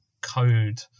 code